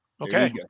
Okay